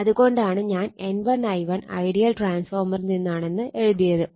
അത് കൊണ്ടാണ് ഞാൻ N1 I1 ഐഡിയൽ ട്രാൻസ്ഫോര്മറിൽ നിന്നാണെന്ന് എഴുതിയത്